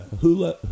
hula